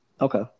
Okay